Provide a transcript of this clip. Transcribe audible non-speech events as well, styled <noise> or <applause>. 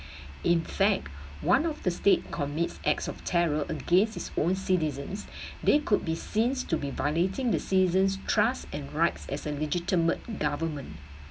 in fact one of the state commits acts of terror against its own citizens <breath> they could be seen to be violating the season's trust and rights as a legitimate government